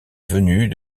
venues